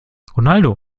ronaldo